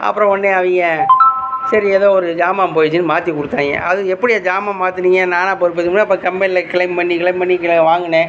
அப்புறம் ஒடனே அவங்க சரி ஏதோ ஒரு சாமான் போயிருச்சுன்னு மாற்றிக் கொடுத்தாய்ங்க அது எப்படி ஜாமான் மாற்றினிங்க நானாக பொறுப்பு அப்புறம் கம்பெனியில க்ளைம் பண்ணி க்ளைம் பண்ணி வாங்கினே